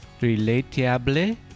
relatable